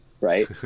Right